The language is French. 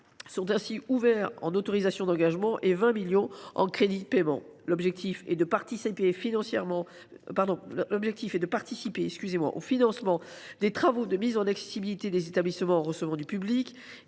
sont ainsi ouverts en autorisations d’engagement et 20 millions d’euros en crédits de paiement. L’objectif est de participer au financement des travaux de mise en accessibilité des établissements recevant du public